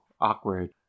awkward